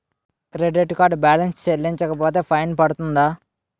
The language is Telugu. క్రెడిట్ కార్డ్ బాలన్స్ చెల్లించకపోతే ఫైన్ పడ్తుంద?